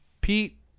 Pete